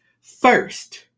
first